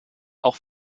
auch